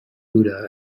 buddha